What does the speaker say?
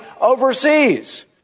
overseas